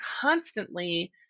constantly